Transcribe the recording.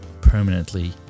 permanently